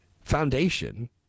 foundation